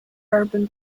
urban